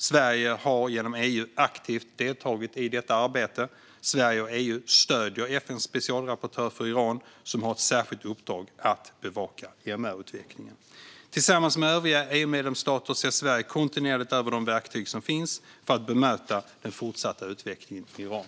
Sverige har genom EU aktivt deltagit i detta arbete. Sverige och EU stöder FN:s specialrapportör för Iran, som har ett särskilt uppdrag att bevaka MR-utvecklingen. Tillsammans med övriga EU-medlemsstater ser Sverige kontinuerligt över de verktyg som finns för att bemöta den fortsatta utvecklingen i Iran.